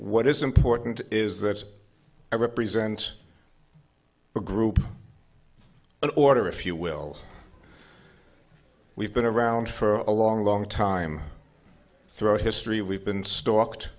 what is important is that i represent the group an order if you will we've been around for a long long time through our history we've been stalked